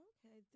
Okay